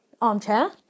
armchair